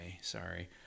sorry